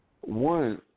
One